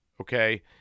okay